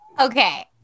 Okay